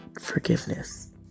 forgiveness